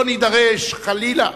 שלא נידרש, חלילה,